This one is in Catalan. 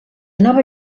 nova